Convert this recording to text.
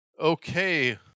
Okay